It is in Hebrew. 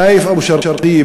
נאיף אבו שרקיה,